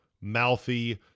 mouthy